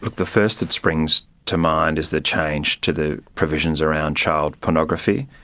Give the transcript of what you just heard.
the first that springs to mind is the change to the provisions around child pornography,